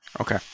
okay